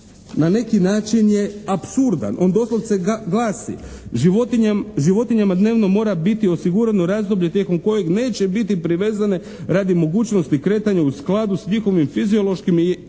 na neki način je apsurdan. On doslovce glasi: “Životinjama dnevno mora biti osigurano razdoblje tijekom kojeg neće biti privezane radi mogućnosti kretanja u skladu s njihovim fiziološkim i etološkim